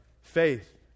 faith